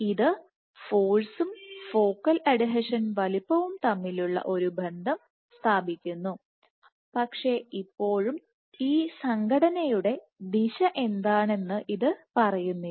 ഇത് ഫോഴ്സും focal adhesion വലുപ്പവും തമ്മിലുള്ള ഒരു ബന്ധം സ്ഥാപിക്കുന്നു പക്ഷേ ഇപ്പോഴും ഈ സംഘടനയുടെ ദിശ എന്താണെന്ന് ഇത് പറയുന്നില്ല